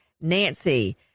nancy